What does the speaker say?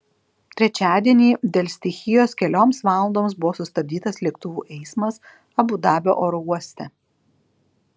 trečiadienį dėl stichijos kelioms valandoms buvo sustabdytas lėktuvų eismas abu dabio oro uoste